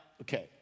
okay